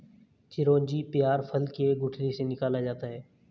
चिरौंजी पयार फल के गुठली से निकाला जाता है